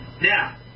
Now